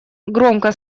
громко